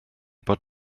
bod